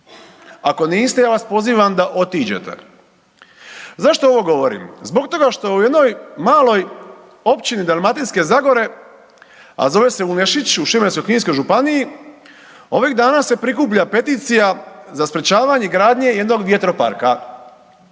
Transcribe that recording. Ako niste ja vas pozivam da otiđete. Zašto ovo govorim? Zbog toga što u jednoj maloj općini Dalmatinske zagore, a zove se Unešić u Šibensko-kninskoj županiji ovih dana se prikuplja peticija za sprječavanje gradnje jednog vjetroparka.